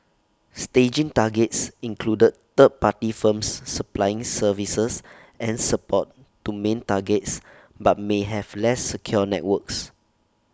staging targets included third party firms supplying services and support to main targets but may have less secure networks